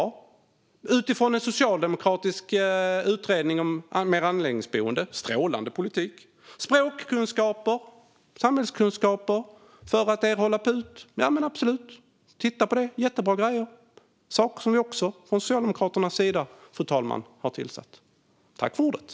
Om det skulle ske utifrån en socialdemokratisk utredning om anläggningsboenden skulle det vara strålande politik. Språkkunskaper och samhällskunskaper för att erhålla PUT? Absolut - titta på det! Det är jättebra grejer. Även detta, fru talman, är saker som vi har tillsatt från Socialdemokraternas sida.